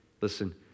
Listen